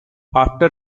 after